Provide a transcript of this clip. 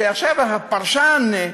שעכשיו הפרשן,